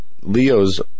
Leo's